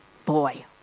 Boy